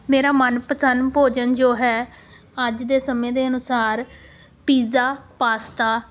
ਮੇਰਾ ਮਨਪਸੰਦ ਭੋਜਨ ਜੋ ਹੈ ਅੱਜ ਦੇ ਸਮੇਂ ਦੇ ਅਨੁਸਾਰ ਪੀਜ਼ਾ ਪਾਸਤਾ